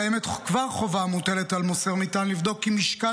קיימת כבר חובה המוטלת על מוסר מטען לבדוק כי משקל